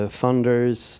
funders